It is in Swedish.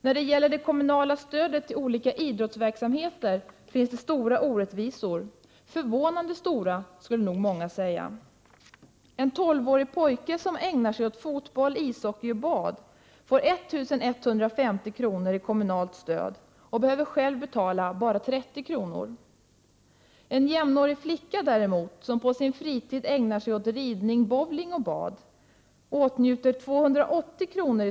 När det gäller det kommunala stödet till olika idrottsverksamheter finns stora orättvisor, förvånande stora, skulle nog många säga. En tolvårig pojke som ägnar sig åt fotboll, ishockey och bad får 1 150 kr. i kommunalt stöd och behöver själv bara betala 30 kr. En jämnårig flicka som på sin fritid ägnar sig åt ridning, bowling och bad åtnjuter 280 kr.